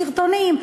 סרטונים,